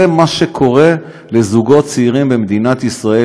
זה מה שקורה לזוגות צעירים במדינת ישראל